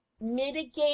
mitigate